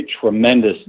tremendous